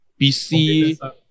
PC